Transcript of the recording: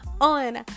on